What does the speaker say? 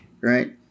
right